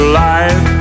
life